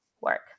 work